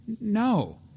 No